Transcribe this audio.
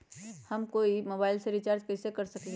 हम कोई मोबाईल में रिचार्ज कईसे कर सकली ह?